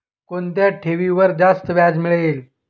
कोणत्या ठेवीवर जास्त व्याज मिळेल?